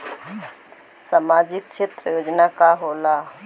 सामाजिक क्षेत्र योजना का होला?